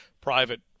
private